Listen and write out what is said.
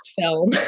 film